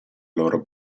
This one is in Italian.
loro